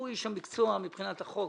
הוא איש המקצוע מבחינת החוק,